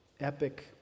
epic